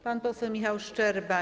Pan poseł Michał Szczerba.